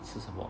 吃什么